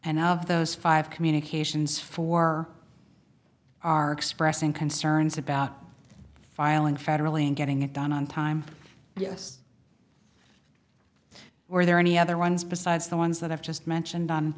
and of those five communications four are expressing concerns about filing federally and getting it done on time yes or are there any other ones besides the ones that i've just mentioned on